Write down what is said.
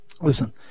listen